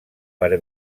per